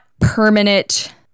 permanent